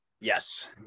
Yes